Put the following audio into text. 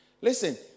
Listen